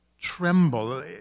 tremble